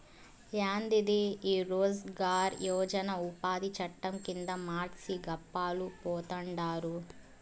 యాందిది ఈ రోజ్ గార్ యోజన ఉపాది చట్టం కింద మర్సి గప్పాలు పోతండారు